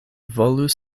volus